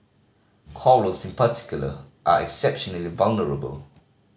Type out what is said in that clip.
corals in particular are exceptionally vulnerable